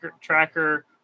tracker